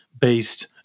based